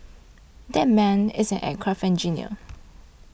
that man is an aircraft engineer